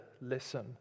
listen